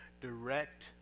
direct